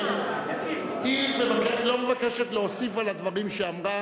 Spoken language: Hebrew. היא לא מבקשת להוסיף על הדברים שאמרה